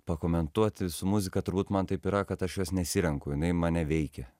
pakomentuoti su muzika turbūt man taip yra kad aš jos nesirenku jinai mane veikia